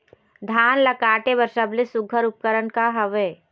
धान ला काटे बर सबले सुघ्घर उपकरण का हवए?